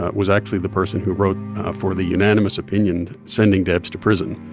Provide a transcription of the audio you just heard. ah was actually the person who wrote for the unanimous opinion sending debs to prison.